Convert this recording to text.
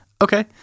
Okay